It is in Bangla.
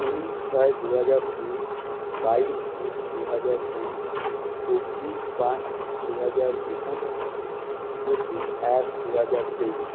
ঊনিশ ছয় দু হাজার দুই বাইশ তিন দু হাজার কুড়ি চব্বিশ পাঁচ দু হাজার একুশ পঁচিশ এক দু হাজার তেইশ